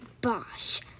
Bosch